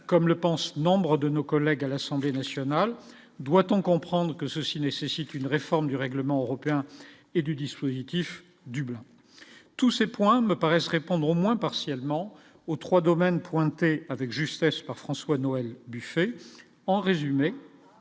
comme le pensent nombre de nos collègues à l'Assemblée nationale, doit-on comprendre que ceci nécessite une réforme du règlement européen et du dispositif du tous ces points me paraissent répondre au moins partiellement aux 3 domaines pointer avec justesse par François-Noël Buffet, en résumé,